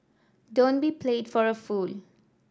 don't be played for a fool